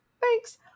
Thanks